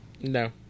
No